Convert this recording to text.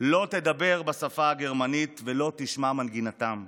לא תדבר בשפה הגרמנית ולא תשמע מנגינתם,